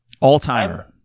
All-timer